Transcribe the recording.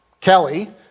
Kelly